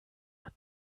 man